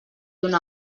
una